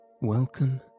Welcome